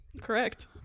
correct